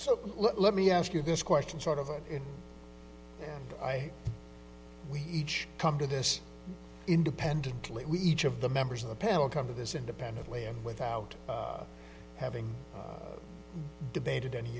so let me ask you this question sort of i we each come to this independently each of the members of the panel come to this independently and without having debated any